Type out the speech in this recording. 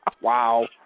Wow